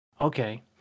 okay